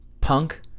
punk